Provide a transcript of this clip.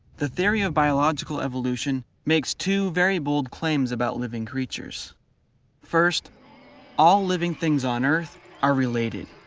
the theory of biological evolution makes two very bold claims about living creatures first all living things on earth are related.